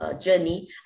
journey